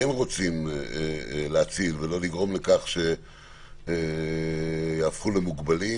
רוצים להציל ולא לגרום לכך שיהפכו למוגבלים,